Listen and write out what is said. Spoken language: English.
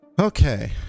Okay